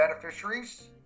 beneficiaries